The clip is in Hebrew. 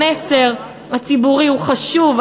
המסר הציבורי הוא חשוב,